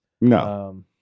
no